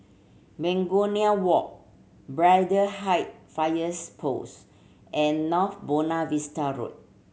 Begonia Walk Braddell Height Fires Post and North Buona Vista Road